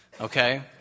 okay